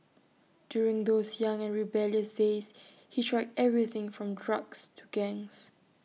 during those young and rebellious days he tried everything from drugs to gangs